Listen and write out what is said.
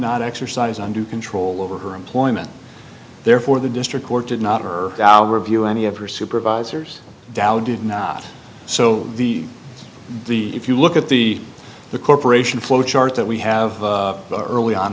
not exercise under control over her employment therefore the district court did not or any of her supervisors dow did not so the the if you look at the the corporation flow chart that we have the early on